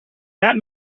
that